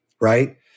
Right